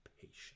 patience